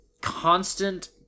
constant